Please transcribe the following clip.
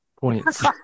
points